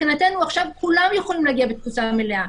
מבחינתנו עכשיו כולם יכולים להגיע בתפוסה מלאה,